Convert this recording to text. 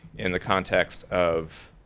in the context of